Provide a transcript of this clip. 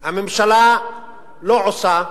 הממשלה לא עושה,